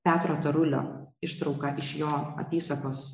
petro tarulio ištrauka iš jo apysakos